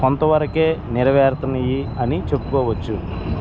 కొంతవరకే నెరవేరుతున్నాయి అని చెప్పుకోవచ్చు